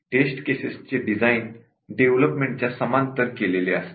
taste cases चे design डेव्हलपमेंटच्या समांतर केलेले असते